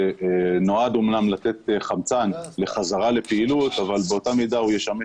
נועד אמנם לתת חמצן לחזרה לפעילות אבל באותה מידה הוא ישמש